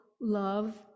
love